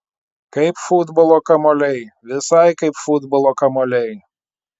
kaip futbolo kamuoliai visai kaip futbolo kamuoliai